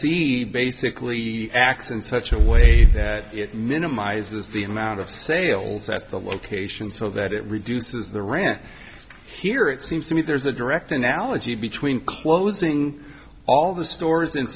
cd basically acts in such a way that it minimizes the amount of sales at the location so that it reduces the rant here it seems to me there's a direct analogy between closing all the stores in